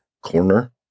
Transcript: corner